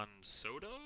Soto